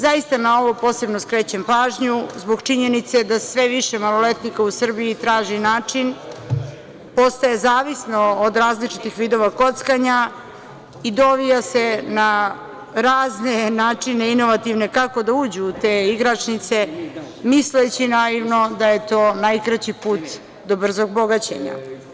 Zaista na ovo posebno srećem pažnju zbog činjenice da sve više maloletnika u Srbiji traži način, postaje zavisno od različitih vidova kockanja i dovija se na razne načine, inovativne, kako da uđu u te igračnice misleći naivno da je to najkraći put do brzog bogaćenja.